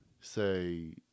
say